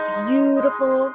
beautiful